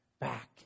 back